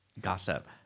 gossip